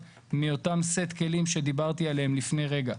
מאותם סט כלים שדיברתי עליהם לפני רגע.